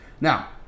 Now